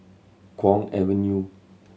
Kwong Avenue